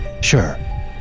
Sure